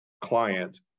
client